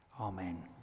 Amen